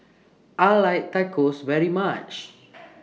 I like Tacos very much